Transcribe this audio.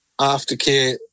aftercare